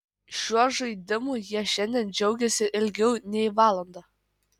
šiuo žaidimu jie šiandien džiaugėsi ilgiau nei valandą